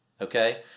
okay